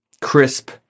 crisp